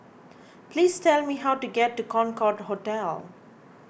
please tell me how to get to Concorde Hotel